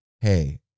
Hey